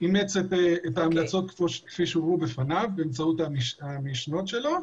אכן את ההמלצות כפי שהובאו בפניו באמצעות המשנות שלו.